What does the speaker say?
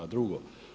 Drugo.